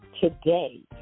today